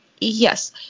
yes